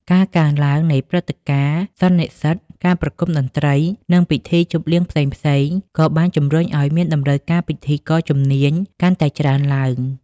ការកើនឡើងនៃព្រឹត្តិការណ៍ សន្និសីទ ការប្រគំតន្ត្រី និងពិធីជប់លៀងផ្សេងៗក៏បានជំរុញឱ្យមានតម្រូវការពិធីករជំនាញកាន់តែច្រើនឡើង។